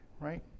right